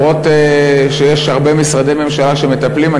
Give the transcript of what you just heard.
גם אם יש הרבה משרדי ממשלה שמטפלים,